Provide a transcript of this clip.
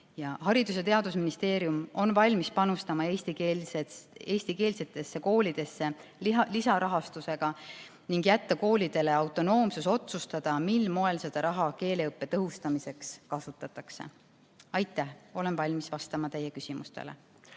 Haridus‑ ja Teadusministeerium on valmis panustama eestikeelsetesse koolidesse lisarahastusega ning jätma koolidele autonoomsuse otsustada, mil moel seda raha keeleõppe tõhustamiseks kasutatakse. Aitäh! Olen valmis vastama teie küsimustele.